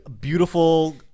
Beautiful